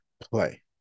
play